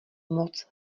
moc